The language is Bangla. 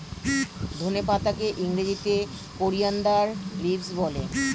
ধনে পাতাকে ইংরেজিতে কোরিয়ানদার লিভস বলে